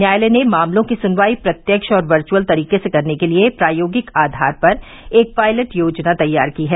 न्यायालय ने मामलों की सुनवाई प्रत्यक्ष और वर्चुअल तरीके से करने के लिए प्रायोगिक आधार पर एक पायलट योजना तैयार की है